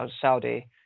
Saudi